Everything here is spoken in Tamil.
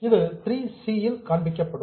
இது 3 சி இல் காண்பிக்கப்படும்